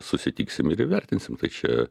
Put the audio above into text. susitiksim ir įvertinsim tai čia